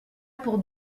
pour